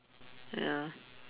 ya